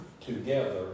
together